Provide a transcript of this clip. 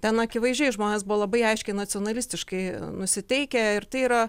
ten akivaizdžiai žmonės buvo labai aiškiai nacionalistiškai nusiteikę ir tai yra